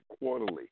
quarterly